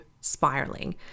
spiraling